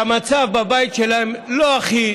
שהמצב בבית שלהם לא הכי